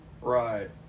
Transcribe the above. Right